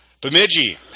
Bemidji